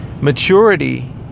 maturity